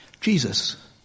Jesus